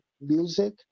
music